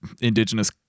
indigenous